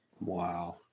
Wow